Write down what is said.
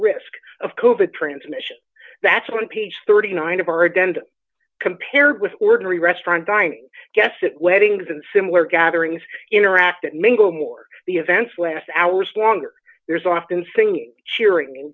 risk of covert transmission that's on page thirty nine of our agenda compared with ordinary restaurant dining guess that weddings and similar gatherings interact and mingle more the events last hours longer there's often singing cheering